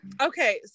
okay